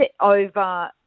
over